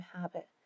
habit